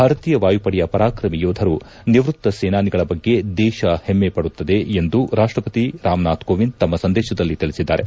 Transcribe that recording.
ಭಾರತೀಯ ವಾಯುಪಡೆಯ ಪರಾಕ್ರಮಿ ಯೋಧರು ನಿವ್ಯಕ್ತ ಸೇನಾನಿಗಳ ಬಗ್ಗೆ ದೇಶ ಹೆಮ್ಮೆ ಪಡುತ್ತದೆ ಎಂದು ರಾಷ್ಟಪತಿ ರಾಮನಾಥ್ ಕೋವಿಂದ್ ತಮ್ಮ ಸಂದೇಶದಲ್ಲಿ ತಿಳಿಸಿದ್ದಾರೆ